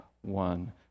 one